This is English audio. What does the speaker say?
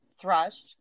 thrush